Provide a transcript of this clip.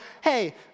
hey